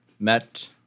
met